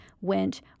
went